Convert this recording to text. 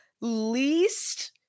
least